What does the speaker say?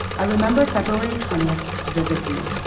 i remember february twentieth vividly.